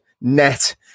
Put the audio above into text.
net